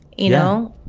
you know?